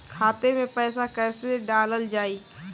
खाते मे पैसा कैसे डालल जाई?